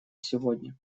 сегодня